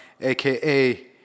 aka